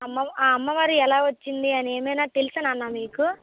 అమ్మవా ఆ అమ్మవారు ఎలా వచ్చింది అని ఏమైనా తెలుసా నాన్న మీకు